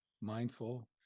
mindful